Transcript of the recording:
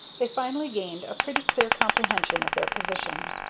they finally gained a pretty clear comprehension of their position.